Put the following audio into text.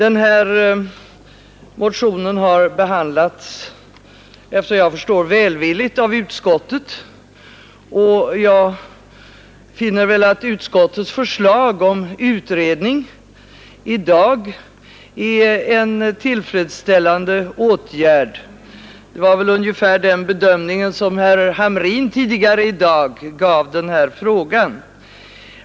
Efter vad jag förstår, har motionen behandlats välvilligt av utskottet, och jag finner utskottets förslag om utredning vara en tillfredsställande åtgärd. Det var väl ungefär den bedömningen herr Hamrin gjorde tidigare i dag.